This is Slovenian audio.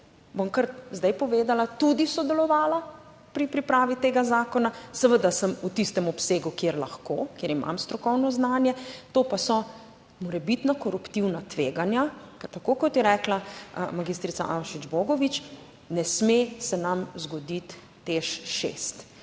bom kar zdaj povedala, tudi sodelovala pri pripravi tega zakona, seveda v tistem obsegu, kjer lahko, kjer imam strokovno znanje. To pa so morebitna koruptivna tveganja, ker tako kot je rekla magistrica Avšič Bogovič, ne sme se nam zgoditi TEŠ6.